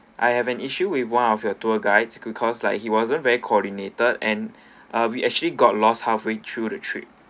I have an issue with one of your tour guides because like he wasn't very coordinated and uh we actually got lost halfway through the trip